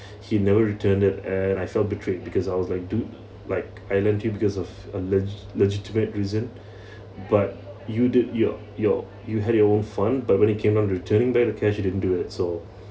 he never returned it and I felt betrayed because I was like dude like I lent him because of a legi~ legitimate reason but you did your your you had your own fun but when it came on returning back the cash he didn't do it so